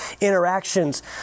interactions